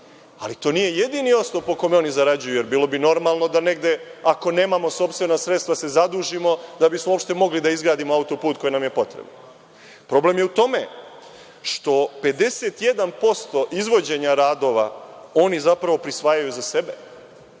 To nije jedini osnov po kome oni zarađuju, jer bilo bi normalno da negde, ako nemamo sopstvena sredstva, da se zadužimo da bismo uopšte mogli da izgradimo autoput koji nam je potreban. Problem je u tome što 51% izvođenja radova oni zapravo prisvajaju za sebe,